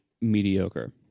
mediocre